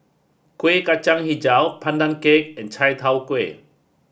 Kueh Kacang Hijau Pandan cake and Chai Tow Kway